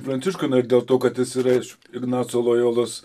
pranciškų na ir dėl to kad jis yra ignaco lojolos